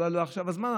אולי לא עכשיו הזמן,